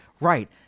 Right